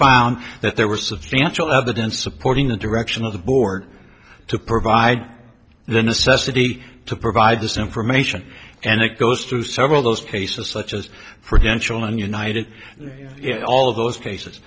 found that there were substantial evidence supporting the direction of the board to provide the necessity to provide this information and it goes through several those cases such as for henschel and united all of those cases